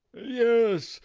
yes,